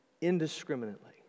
indiscriminately